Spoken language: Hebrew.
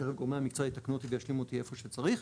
והגורמים המקצועיים יתקנו אותי וישלימו אותי איפה שצריך,